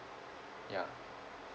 ya